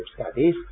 studies